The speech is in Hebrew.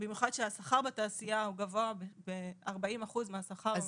במיוחד כשהשכר בתעשייה הוא גבוה ב-40 אחוז מהשכר הממוצע.